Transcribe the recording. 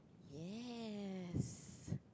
yes